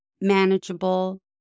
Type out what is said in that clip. manageable